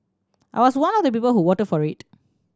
I was one of the people who vote for it